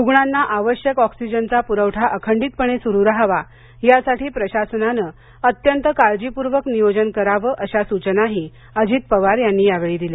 रुग्णांना आवश्यक ऑक्सिजनचा पुरवठा अखंडितपणे सुरू राहावा यासाठी प्रशासनाने अत्यंत काळजीपूर्वक नियोजन करावे अशा सूचनाही अजित पवार यांनी दिल्या